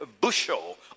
bushel